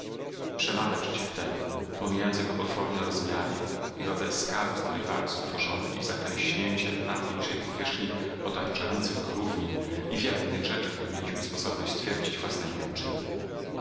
przemawia przeciw temu pomijając jego potworne rozmiary i rodzaj skały z której wał jest utworzony i zaklęśnięcie dna poniżej powierzchni otaczających go równin i wiele innych rzeczy które mieliśmy sposobność stwierdzić własnemi oczyma